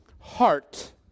Heart